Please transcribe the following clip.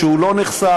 והוא לא נחשף.